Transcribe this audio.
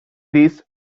this